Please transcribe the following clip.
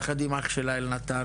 יחד עם אח שלה אלנתן,